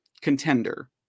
Contender